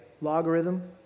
Logarithm